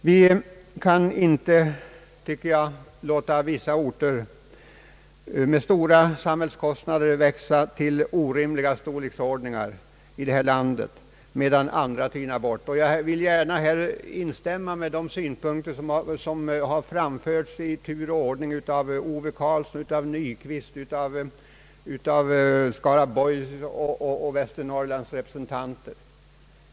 Vi kan inte låta vissa orter med hjälp av stora samhällsinsatser växa till orimlig storlek medan andra tynar bort. Jag vill instämma i de syn Statsverkspropositionen m.m. punkter som framförts av herr Ove Karlsson och herr Nyquist samt av Skaraborgs läns och Västernorrlands läns representanter.